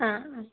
ஆ ஆ